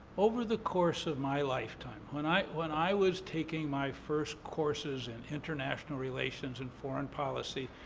over the course of my lifetime, when i when i was taking my first courses in international relations in foreign policy,